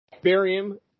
Barium